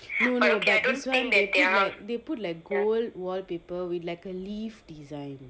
no no this one they put like gold wallpaper with like a leaf design